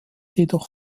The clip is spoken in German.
jedoch